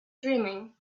dreaming